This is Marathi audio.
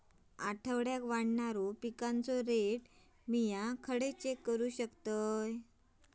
आठवड्याक वाढणारो पिकांचो रेट मी खडे चेक करू शकतय?